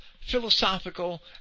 philosophical